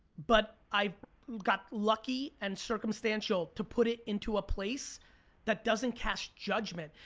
but i got lucky and circumstantial to put it into a place that doesn't cast judgment.